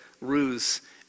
ruse